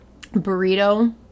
burrito